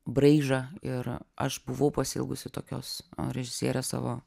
braižą ir aš buvau pasiilgusi tokios režisierės savo